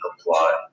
apply